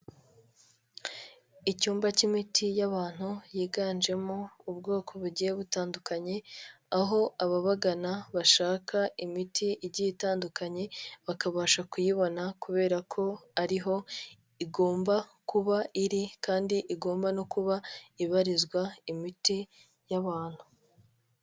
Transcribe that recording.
Icyumba k'imiti y'abantu yiganjemo ubwoko bugiye butandukanye, aho ababagana bashaka imiti igiye itandukanye bakabasha kuyibona kubera ko ari ho igomba kuba iri, kandi igomba no kuba ibarizwa imiti y'abantu.